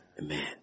Amen